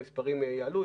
אם המספרים יעלו,